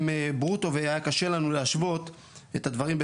ברוטו והיה קשה לנו להשוות את הדברים.